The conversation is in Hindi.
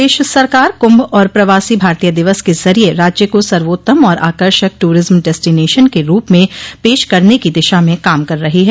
प्रदेश सरकार कुंभ और प्रवासी भारतीय दिवस के जरिये राज्य को सर्वोत्तम और आकर्षक ट्ररिज्म डेस्टिनेंशन के रूप में पेश करने की दिशा में काम कर रही है